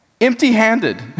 empty-handed